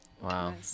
Wow